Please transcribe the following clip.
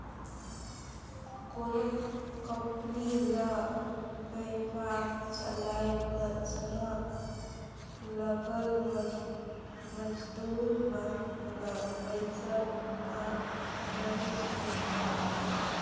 कोनो कंपनी ल बयपार चलाए बर उहां लगल मजदूर मन ल पइसा भुगतान करेच ले परथे